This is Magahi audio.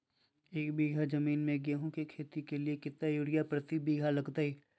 एक बिघा जमीन में गेहूं के खेती के लिए कितना यूरिया प्रति बीघा लगतय?